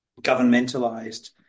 governmentalized